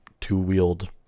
two-wheeled